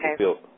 Okay